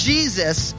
Jesus